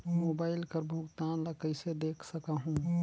Mobile कर भुगतान ला कइसे देख सकहुं?